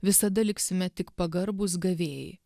visada liksime tik pagarbūs gavėjai